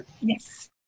Yes